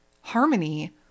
Harmony